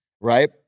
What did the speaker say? right